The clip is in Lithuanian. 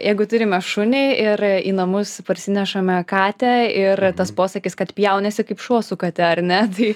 jeigu turime šunį ir į namus parsinešame katę ir tas posakis kad pjaunasi kaip šuo su kate ar ne tai